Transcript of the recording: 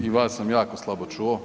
I vas sam jako slabo čuo.